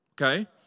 Okay